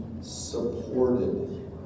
supported